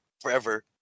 forever